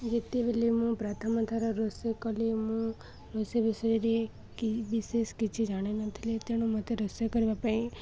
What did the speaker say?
ଯେତେବେଲେ ମୁଁ ପ୍ରଥମଥର ରୋଷେଇ କଲି ମୁଁ ରୋଷେଇ ବିଷୟରେ ବିଶେଷ କିଛି ଜାଣିନଥିଲି ତେଣୁ ମୋତେ ରୋଷେଇ କରିବା ପାଇଁ